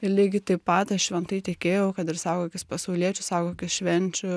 ir lygiai taip pat aš šventai tikėjau kad ir saugokis pasauliečių saugokis švenčių